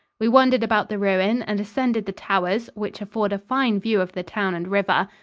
we wandered about the ruin and ascended the towers, which afford a fine view of the town and river.